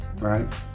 right